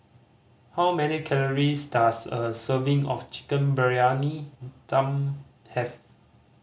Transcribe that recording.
how many calories does a serving of Chicken Briyani Dum have